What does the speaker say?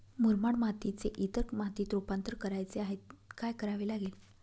मुरमाड मातीचे इतर मातीत रुपांतर करायचे आहे, काय करावे लागेल?